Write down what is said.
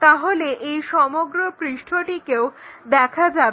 তাহলে এই সমগ্র পৃষ্ঠটিকেও দেখা যাবে